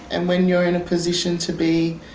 and when you're in a position to be,